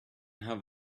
have